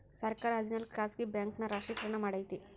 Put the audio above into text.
ಸರ್ಕಾರ ಹದಿನಾಲ್ಕು ಖಾಸಗಿ ಬ್ಯಾಂಕ್ ನ ರಾಷ್ಟ್ರೀಕರಣ ಮಾಡೈತಿ